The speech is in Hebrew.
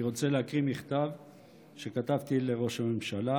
אני רוצה להקריא מכתב שכתבתי לראש הממשלה